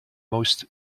most